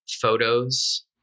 photos